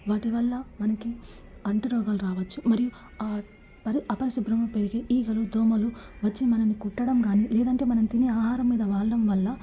వాటివల్ల మనకి అంటు రోగాలు రావచ్చు మరియు ఆ పరి అపశుభ్రంగా పెరిగే ఈగలు దోమలు వచ్చి మనల్ని కుట్టడం కాని లేదంటే మనం తినే ఆహారం మీద వాలడం వల్ల